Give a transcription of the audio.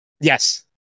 Yes